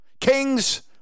Kings